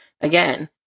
Again